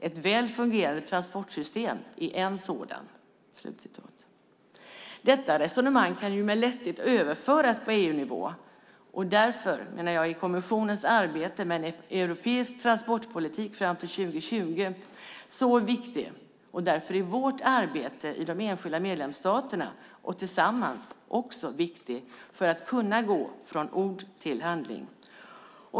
Ett väl fungerande transportsystem är en sådan. Detta resonemang kan med lätthet överföras på EU-nivå. Därför, menar jag, är kommissionens arbete med en europeisk transportpolitik fram till 2020 så viktig. Och därför är vårt arbete i de enskilda medlemsstaterna och tillsammans också viktigt för att man ska kunna gå från ord till handling.